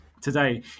today